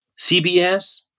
CBS